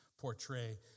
portray